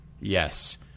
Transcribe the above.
yes